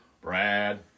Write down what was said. Brad